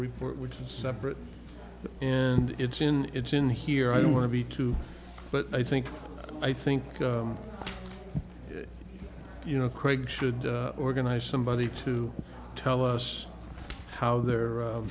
report which is separate and it's in it's in here i don't want to be too but i think i think you know craig should organize somebody to tell us how the